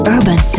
Urban